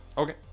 Okay